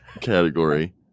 category